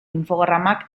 infogramak